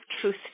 truth